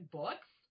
books